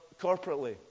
corporately